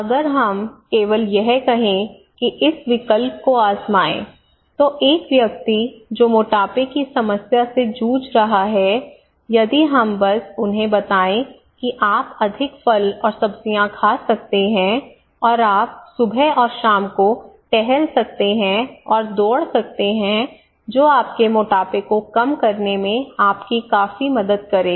अगर हम केवल यह कहें कि इस विकल्प को आजमाएं तो एक व्यक्ति जो मोटापे की समस्या से जूझ रहा है यदि हम बस उन्हें बताएं कि आप अधिक फल और सब्जियां खा सकते हैं और आप सुबह और शाम को टहल सकते हैं और दौड़ सकते हैं जो आपके मोटापे को कम करने में आपकी काफी मदद करेगा